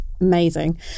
amazing